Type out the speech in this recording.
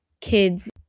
kids